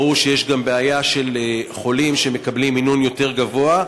ברור שיש גם בעיה של חולים שמקבלים מינון יותר גבוה,